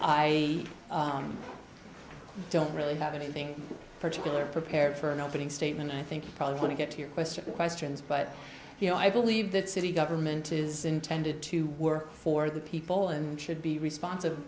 i don't really have anything particular prepared for an opening statement i think you're probably going to get to your question questions but you know i believe that city government is intended to work for the people and should be responsi